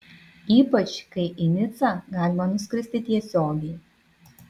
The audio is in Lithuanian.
ypač kai į nicą galima nuskristi tiesiogiai